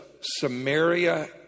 Samaria